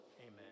Amen